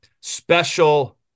Special